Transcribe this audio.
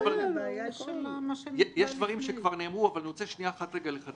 אבל אני לא רוצה שהציבור שצופה בנו יחשוב שעכשיו הוויכוח